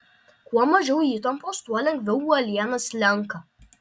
kuo mažiau įtampos tuo lengviau uoliena slenka